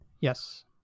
Yes